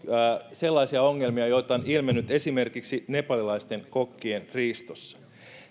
sellaisia ongelmia joita on ilmennyt esimerkiksi nepalilaisten kokkien riistossa